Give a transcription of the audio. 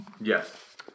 Yes